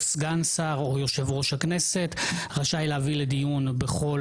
סגן שר או יושב ראש הכנסת רשאי להביא לדיון בכל